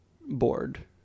board